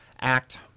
Act –